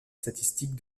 statistiques